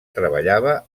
treballava